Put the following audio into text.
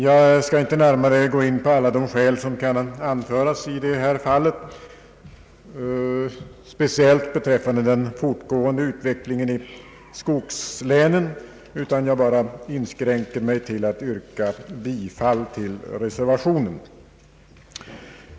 Jag skall inte gå in närmare på alla de skäl som kan anföras i detta fall, spe ciellt beträffande den fortgående utvecklingen i skogslänen, utan jag inskränker mig till att yrka bifall till reservationen.